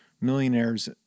millionaires